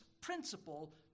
principle